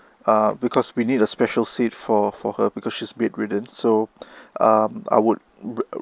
ah because we need a special seat for for her because she's bedridden so um I would